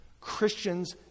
Christians